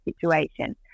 situation